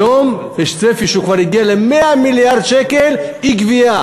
היום יש צפי שכבר הגיעו ל-100 מיליארד שקל אי-גבייה,